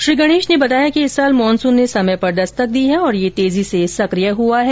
श्री गणेश ने बताया कि इस साल मानसून ने समय पर दस्तक दी है और यह तेजी से सक्रिय हुआ है